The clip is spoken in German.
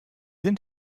sind